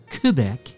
Quebec